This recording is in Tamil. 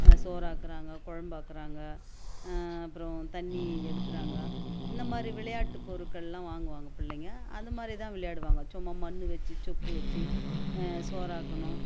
சோறு ஆக்குறாங்க குழம்பு ஆக்குறாங்க அப்புறம் தண்ணி எடுக்கிறாங்க இந்த மாதிரி விளையாட்டு பொருட்கள்லாம் வாங்குவாங்க பிள்ளைங்க அந்த மாதிரி தான் விளையாடுவாங்க சும்மா மண் வச்சி சொப்பு வச்சு சோறு ஆக்கணும்